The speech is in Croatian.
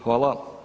Hvala.